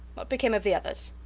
what became of the others?